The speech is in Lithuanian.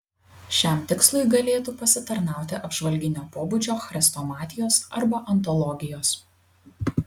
šiam tikslui galėtų pasitarnauti apžvalginio pobūdžio chrestomatijos arba antologijos